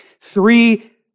Three